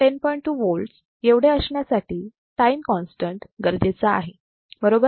2 volts एवढे असण्यासाठी time constant गरजेचा आहे बरोबर